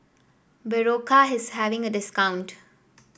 Berocca is having a discount